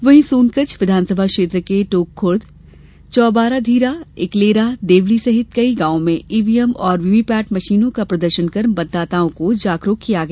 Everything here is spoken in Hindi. वहीं सोनकच्छ विधानसभा क्षेत्र के टोंकखुर्द चौबाराधीरा इकलेरा देवली सहित कई गांव में ईवीएम और वीवीपैट मशीनों का प्रदर्शन कर मतदाताओं को जागरूक किया गया